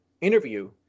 interview